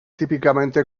típicamente